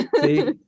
see